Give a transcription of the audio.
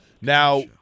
Now